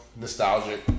Nostalgic